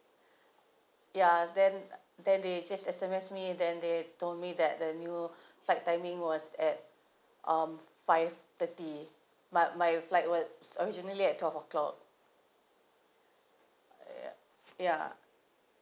ya then then they just S_M_S me then they told me that the new flight timing was at um five thirty but my flight was originally at twelve o'clock yup ya